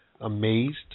amazed